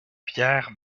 pierre